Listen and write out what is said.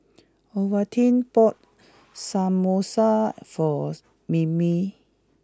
Olivine bought Samosa for Mimi